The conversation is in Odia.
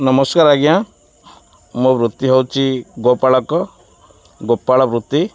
ନମସ୍କାର ଆଜ୍ଞା ମୋ ବୃତ୍ତି ହେଉଛି ଗୋପାଳକ ଗୋପାଳ ବୃତ୍ତି